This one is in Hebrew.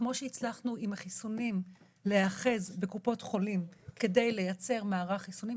כמו שהצלחנו עם החיסונים להיאחז בקופות חולים כדי לייצר מערך חיסונים,